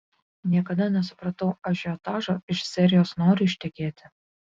niekada nesupratau ažiotažo iš serijos noriu ištekėti